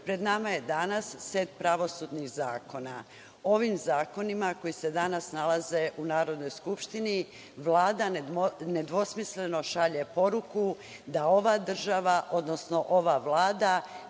pred nama je danas set pravosudnih zakona. Ovim zakonima koji se danas nalaze u Narodnoj skupštini Vlada nedvosmisleno šalje poruku da ova država, odnosno ova Vlada